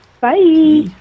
Bye